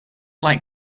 like